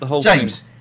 James